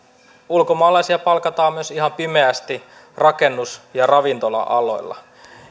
ulkomaalaisia palkataan myös ihan pimeästi rakennus ja ravintola aloilla